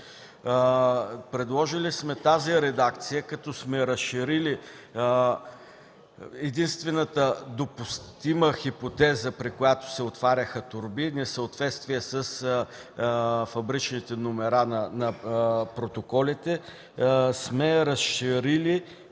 Предложили сме нова редакция, като сме разширили единствената допустима хипотеза, при която се отваряха торби – несъответствие с фабричните номера на протоколите, като сме я разширили: